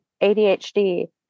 ADHD